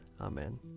Amen